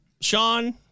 Sean